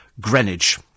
Greenwich